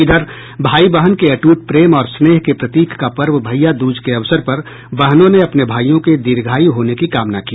इधर भाई बहन के अट्रट प्रेम और स्नेह के प्रतीक का पर्व भैया दूज के अवसर पर बहनों ने अपने भाईयों के दीर्घायु होने की कामना की